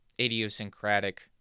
idiosyncratic